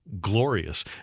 Glorious